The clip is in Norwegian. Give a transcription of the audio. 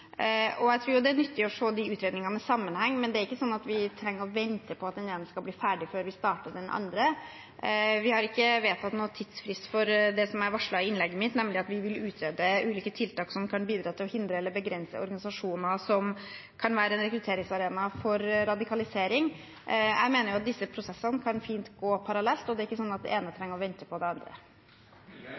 Jeg tror det er nyttig å se de utredningene i sammenheng, men det er ikke sånn at vi trenger å vente på at den ene skal bli ferdig før vi starter den andre. Vi har ikke vedtatt noen tidsfrist for det som jeg varslet i innlegget mitt, nemlig at vi vil utrede ulike tiltak som kan bidra til å hindre eller begrense organisasjoner som kan være en rekrutteringsarena for radikalisering. Jeg mener at disse prosessene fint kan gå parallelt. Det er ikke sånn at det ene må vente på det andre.